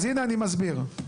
אז הנה, אני מסביר.